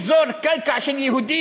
כלומר, ערבים יוכלו לגזול קרקע של יהודים